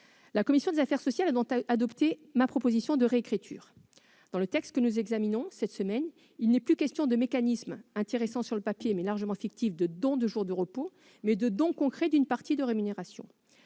La commission des affaires sociales a donc adopté ma proposition de réécriture. Dans le texte que nous examinons cette semaine, il n'est plus question d'un mécanisme, intéressant sur le papier mais largement fictif, de don de jours de repos, mais d'un dispositif de don concret d'une partie de rémunération.